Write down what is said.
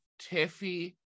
Tiffy